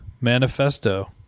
manifesto